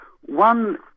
one